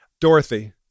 Dorothy